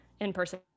in-person